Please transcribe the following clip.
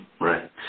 right